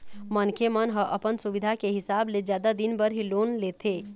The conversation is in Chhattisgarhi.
मनखे मन ह अपन सुबिधा के हिसाब ले जादा दिन बर ही लोन लेथे